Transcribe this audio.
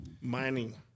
Mining